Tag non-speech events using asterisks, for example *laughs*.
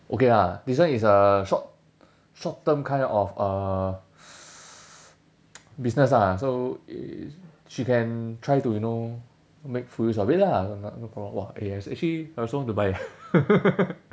okay lah this one is a short short term kind of uh *noise* business ah so uh she can try to you know make full use of it lah no no problem !wah! eh act~ actually I also want to buy eh *laughs*